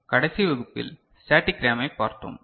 கடைசி வகுப்பில் ஸ்டேடிக் ரேமைப் பார்த்தோம்